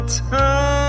time